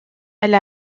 elle